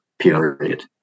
period